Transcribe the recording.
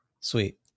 sweet